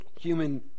human